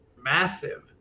massive